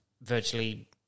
virtually